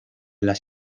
las